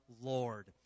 Lord